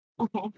Okay